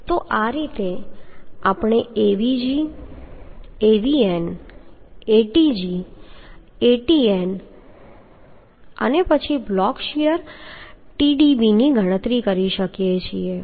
તો આ રીતે આપણે Avg Avn Atg Atn અને પછી બ્લોક શીયર Tdb ની ગણતરી કરી શકીએ છીએ